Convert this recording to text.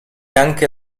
anche